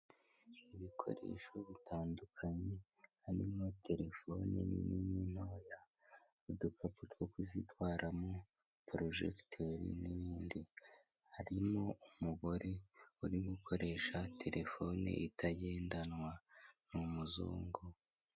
Ibikoresho bitandukanye harimo telefoni nini n'intoya, udukapu two kuzitwaramo, porojegiteri n'ibindi, harimo umugore uri gukoresha telefoni itagendanwa, ni umuzungu.